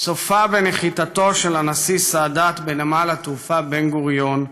צופה בנחיתתו של הנשיא סאדאת בנמל התעופה בן-גוריון,